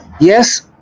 Yes